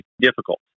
difficult